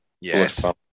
Yes